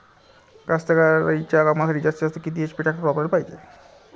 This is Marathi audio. कास्तकारीच्या कामासाठी जास्तीत जास्त किती एच.पी टॅक्टर वापराले पायजे?